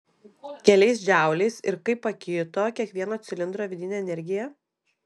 keliais džauliais ir kaip pakito kiekvieno cilindro vidinė energija